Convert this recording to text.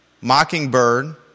Mockingbird